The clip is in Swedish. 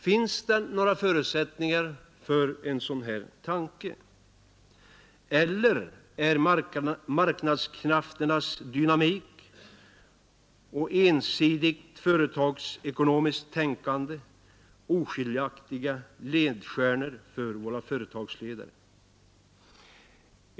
Finns det några förutsättningar för en sådan här tanke? Eller är marknadskrafternas dynamik och ensidigt företagsekonomiskt tänkande oskiljaktiga ledstjärnor för våra företagsledare?